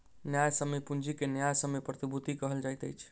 न्यायसम्य पूंजी के न्यायसम्य प्रतिभूति कहल जाइत अछि